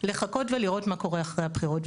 לחכות ולראות מה קורה עד אחרי הבחירות,